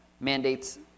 mandates